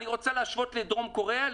אני רוצה להשוות לדרום קוריאה,